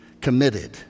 committed